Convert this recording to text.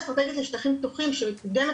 התכנית האסטרטגית לשטחים פתוחים שמקודמת